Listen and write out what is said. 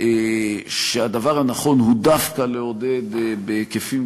שהדבר הנכון הוא דווקא לעודד היקפים